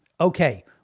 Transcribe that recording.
Okay